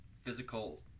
physical